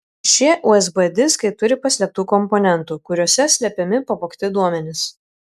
šie usb diskai turi paslėptų komponentų kuriuose slepiami pavogti duomenys